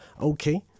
Okay